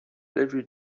every